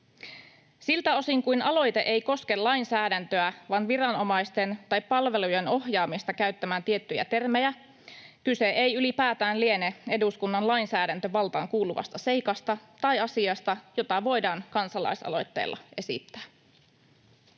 Siltä osin kuin aloite ei koske lainsäädäntöä vaan viranomaisten tai palvelujen ohjaamista käyttämään tiettyjä termejä, kyse ei ylipäätään liene eduskunnan lainsäädäntövaltaan kuuluvasta seikasta tai asiasta, jota voidaan kansalaisaloitteella esittää.